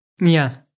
Yes